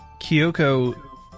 Kyoko